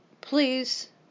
please